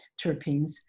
terpenes